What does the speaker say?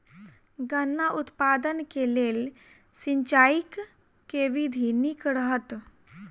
गन्ना उत्पादन केँ लेल सिंचाईक केँ विधि नीक रहत?